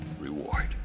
reward